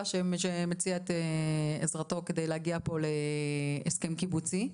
שמציע את עזרתו כדי להגיע פה להסכם קיבוצי.